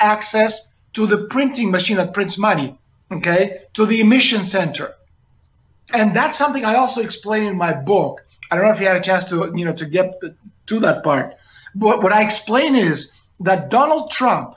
access to the printing machine that prints money to the mission center and that's something i also explained in my book i don't know if you had a chance to you know to get to that part but what i explain is that donald trump